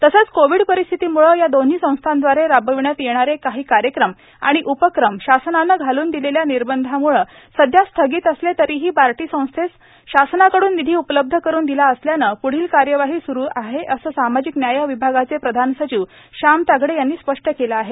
तसेच कोवीड परिस्थितीमुळे या दोन्ही संस्थांदवारे राबविण्यात येणारे काही कार्यक्रम आणि उपक्रम शासनाने घालून दिलेल्या निर्बंधाम्ळे सध्या स्थगित असले तरीही बार्टी संस्थेस शासनाकडून निधी उपलब्ध करून दिला असल्याने पुढील कार्यवाही सुरु आहे असे सामाजिक न्याय विभागाचे प्रधान सचिव श्याम तागडे यांनी स्पष्ट केले आहे